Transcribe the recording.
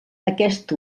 aquest